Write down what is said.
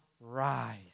rise